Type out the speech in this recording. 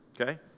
Okay